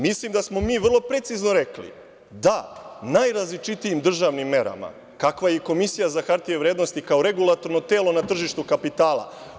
Mislim da smo mi vrlo precizno rekli – da, najrazličitijim državnim merama kakva je i Komisija za hartije od vrednosti kao regulatorno telo na tržištu kapitala.